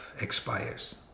expires